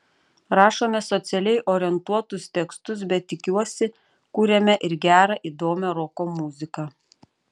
rašome socialiai orientuotus tekstus bet tikiuosi kuriame ir gerą įdomią roko muziką